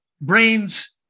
brains